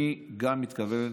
אני גם מתכוון